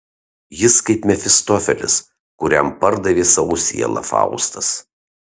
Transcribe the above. jis kaip mefistofelis kuriam pardavė savo sielą faustas